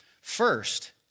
First